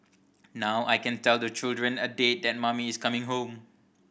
now I can tell the children a date that mummy is coming home